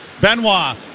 Benoit